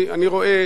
אני רואה